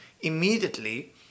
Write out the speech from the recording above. immediately